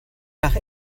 nach